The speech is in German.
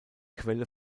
quelle